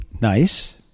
nice